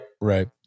Right